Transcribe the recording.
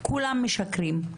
כולם משקרים.